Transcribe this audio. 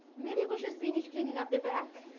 maybe we should finish cleaning up the back.